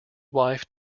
wife